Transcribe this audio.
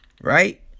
Right